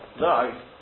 No